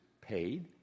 paid